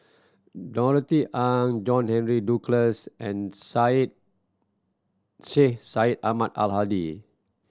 Norothy Ng John Henry Duclos and Syed Sheikh Syed Ahmad Al Hadi